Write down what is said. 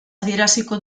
adieraziko